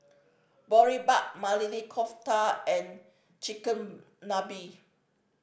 Boribap Maili Kofta and Chigenabe